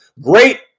Great